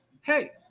Hey